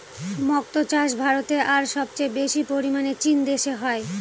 মক্তো চাষ ভারতে আর সবচেয়ে বেশি পরিমানে চীন দেশে হয়